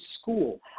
school